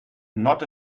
not